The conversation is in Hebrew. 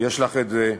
יש לך את זה.